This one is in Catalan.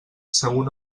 segur